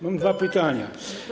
Mam dwa pytania.